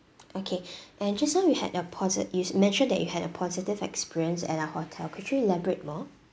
okay and just now you had a posi~ you s~ mentioned that you had a positive experience at our hotel could you elaborate more